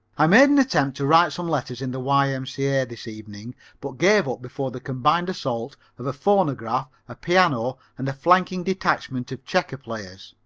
i made an attempt to write some letters in the y m c a. this evening but gave up before the combined assault of a phonograph, a piano, and a flanking detachment of checker players.